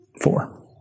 Four